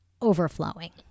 overflowing